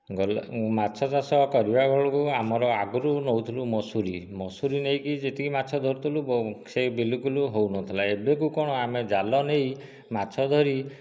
ଗଲେ ମାଛଚାଷ କରିବାବେଳେ ଆମର ଆଗରୁ ନେଉଥିଲୁ ମଶୁରି ମଶୁରି ନେଇକି ଯେତିକି ମାଛ ଧରୁଥିଲୁ ସେହି ବିଲକୁଲ୍ ହେଉନଥିଲା ଏବେକୁ କ'ଣ ଆମେ ଜାଲ ନେଇ ମାଛ ଧରି